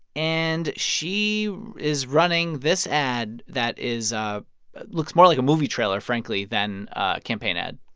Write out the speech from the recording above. and she is running this ad that is ah looks more like a movie trailer, frankly, than a campaign ad